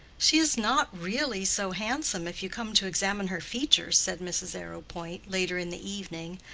she is not really so handsome if you come to examine her features, said mrs. arrowpoint, later in the evening,